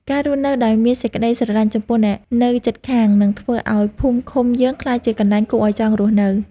ការរស់នៅដោយមានសេចក្តីស្រឡាញ់ចំពោះអ្នកនៅជិតខាងនឹងធ្វើឱ្យភូមិឃុំយើងក្លាយជាកន្លែងគួរឱ្យចង់រស់នៅ។